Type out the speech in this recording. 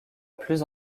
plus